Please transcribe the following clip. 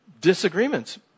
disagreements